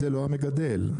לכן זה לא המגדל, זה החקלאים.